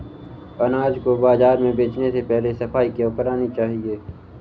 अनाज को बाजार में बेचने से पहले सफाई क्यो करानी चाहिए?